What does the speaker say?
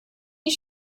die